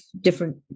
different